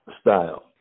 style